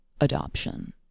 adoption